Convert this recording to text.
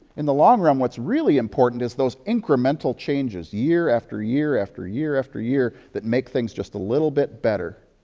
in the long run what's really important is those incremental changes year after year, after year, after year that make things just a little bit better